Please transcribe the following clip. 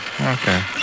okay